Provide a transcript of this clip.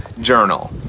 journal